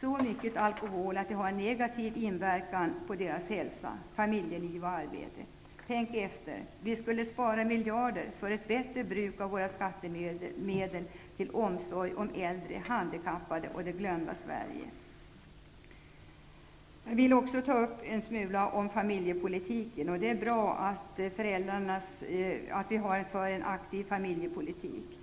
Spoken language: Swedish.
så mycket alkohol att det har en negativ inverkan på deras hälsa, familjeliv och arbete. Tänk efter! Vi skulle spara miljarder och bättre kunna bruka våra skattemedel till omsorg om äldre, handikappade och det glömda Sverige. Jag vill också ta upp familjepolitiken en smula. Det är bra att vi för en aktiv familjepolitik.